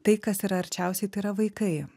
tai kas yra arčiausiai tai yra vaikai